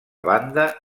banda